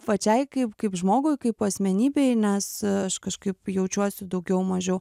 pačiai kaip kaip žmogui kaip asmenybei nes aš kažkaip jaučiuosi daugiau mažiau